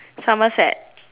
Somerset